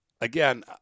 again